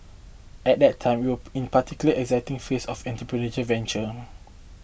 at that time we were in a particularly exciting phase of entrepreneurial venture